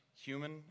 human